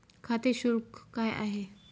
खाते शुल्क काय आहे?